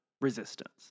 resistance